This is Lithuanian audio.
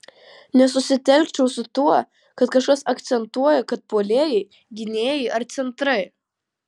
nesusitelkčiau su tuo kad kažkas akcentuoja kad puolėjai gynėjai ar centrai